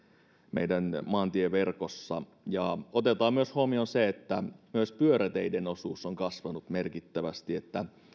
meidän maantieverkossamme otetaan huomioon myös se että pyöräteiden osuus on kasvanut merkittävästi eli